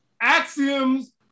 Axioms